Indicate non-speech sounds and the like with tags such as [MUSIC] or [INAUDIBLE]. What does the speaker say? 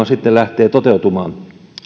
[UNINTELLIGIBLE] sitten lähtee toteutumaan